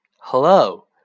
hello